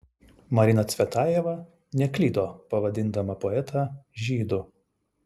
marina cvetajeva neklydo pavadindama poetą žydu